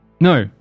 No